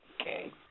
Okay